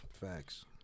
Facts